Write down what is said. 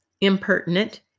impertinent